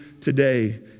today